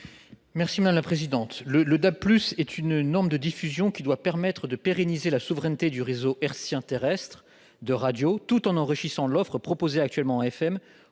M. Julien Bargeton. Le, ou DAB+, est une norme de diffusion qui doit permettre de pérenniser la souveraineté du réseau hertzien terrestre de radio tout en enrichissant l'offre proposée actuellement en FM